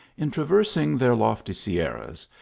in traversing their lofty sierras,